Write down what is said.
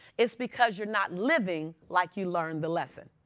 it's because you're not living like you learned the lesson.